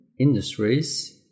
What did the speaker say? industries